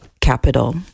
capital